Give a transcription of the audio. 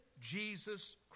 Jesus